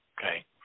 Okay